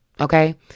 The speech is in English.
Okay